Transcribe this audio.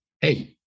hey